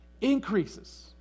increases